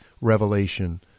Revelation